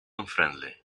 unfriendly